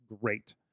great